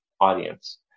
audience